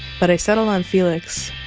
but i settled on felix,